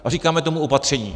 A říkáme tomu opatření.